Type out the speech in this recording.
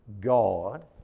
God